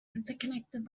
interconnected